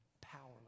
Powerless